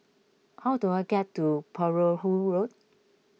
how do I get to Perahu Road